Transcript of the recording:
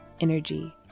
energy